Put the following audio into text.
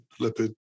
lipid